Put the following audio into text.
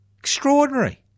Extraordinary